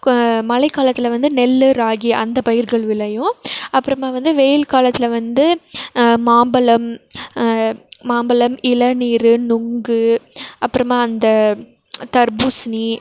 மழை காலத்தில் வந்து நெல் ராகி அந்த பயிர்கள் விளையும் அப்புறமா வந்து வெயில் காலத்தில் வந்து மாம்பழம் மாம்பழம் இளநீர் நுங்கு அப்புறமா அந்த தர்பூசணி